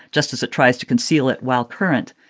just as it tries to conceal it while current.